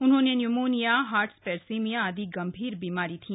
उन्हें pneumonia heart septicemia आदि गंभीर बीमारी थी